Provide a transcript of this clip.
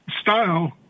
style